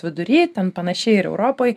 vidury ten panašiai ir europoj